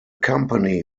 company